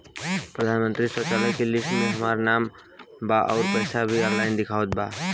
प्रधानमंत्री शौचालय के लिस्ट में हमार नाम बा अउर पैसा भी ऑनलाइन दिखावत बा